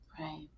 Right